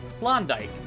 Blondike